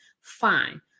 fine